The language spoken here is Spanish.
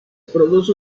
produce